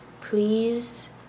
Please